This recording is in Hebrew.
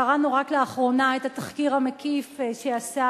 קראנו רק לאחרונה את התחקיר המקיף שעשה